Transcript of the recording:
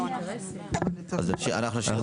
הוא צריך לפקח.